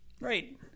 Right